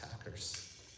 attackers